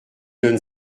donne